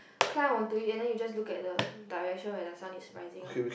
climb onto it and then you just look at the direction where the sun is rising ah